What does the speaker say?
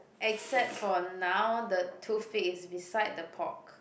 except for now the toothpick is beside the pork